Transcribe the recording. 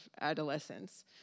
adolescence